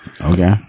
Okay